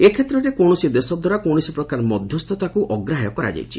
ଏକ୍ଷେତ୍ରରେ କୌଣସି ଦେଶଦ୍ୱାରା କୌଣସି ପ୍ରକାର ମଧ୍ୟସ୍ଥତାକୁ ଅଗ୍ରାହ୍ୟ କରାଯାଇଛି